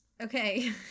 Okay